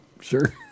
Sure